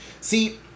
See